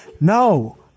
no